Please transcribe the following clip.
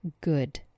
Good